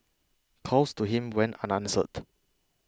calls to him went are answered